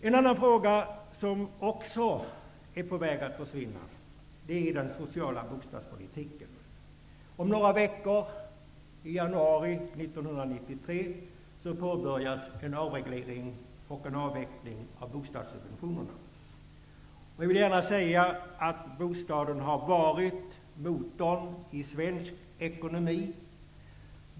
En fråga som också är på väg att försvinna är den sociala bostadspolitiken. Om några veckor, i januari 1993, påbörjas en avreglering och en avveckling av bostadssubventionerna. Jag vill gärna påpeka att bostaden har varit motorn i svensk ekonomi.